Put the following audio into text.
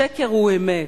שקר הוא אמת.